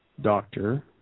doctor